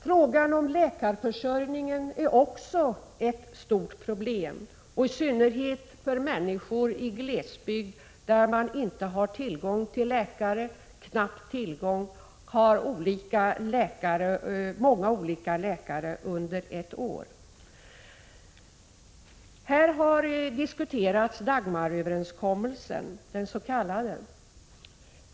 Frågan om läkarförsörjningen är också ett stort problem, i synnerhet för människor i glesbygd, där man inte har tillgång till läkare eller har knapp tillgång eller många olika läkare under ett år. Här har diskuterats den s.k. Dagmaröverenskommelsen.